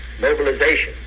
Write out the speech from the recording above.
mobilization